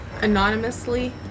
anonymously